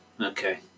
okay